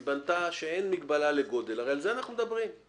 זה הכול תנאי הסף.